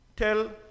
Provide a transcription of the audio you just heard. Tell